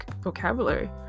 vocabulary